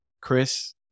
Chris